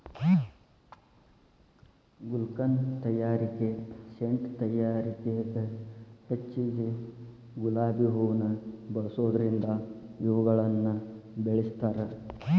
ಗುಲ್ಕನ್ ತಯಾರಿಕೆ ಸೇಂಟ್ ತಯಾರಿಕೆಗ ಹೆಚ್ಚಗಿ ಗುಲಾಬಿ ಹೂವುನ ಬಳಸೋದರಿಂದ ಇವುಗಳನ್ನ ಬೆಳಸ್ತಾರ